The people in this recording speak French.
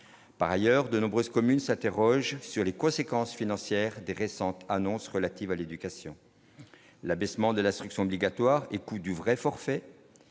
par ailleurs de nombreuses communes s'interrogent sur les conséquences financières des récentes annonces relatives à l'éducation, l'abaissement de l'instruction obligatoire et coût du vrai forfait